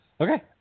Okay